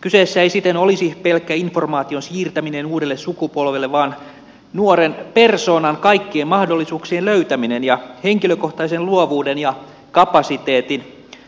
kyseessä ei siten olisi pelkkä informaation siirtäminen uudelle sukupolvelle vaan nuoren persoonan kaikkien mahdollisuuksien löytäminen ja henkilökohtaisen luovuuden ja kapasiteetin